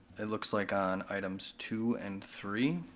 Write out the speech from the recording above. it looks like on items two and three,